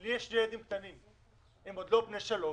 לי יש שני ילדים קטנים, הם עוד לא בני שלוש,